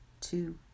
two